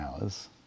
hours